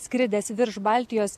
skridęs virš baltijos